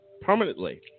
permanently